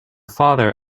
father